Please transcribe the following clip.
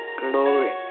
glory